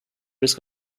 risk